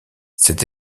cette